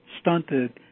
stunted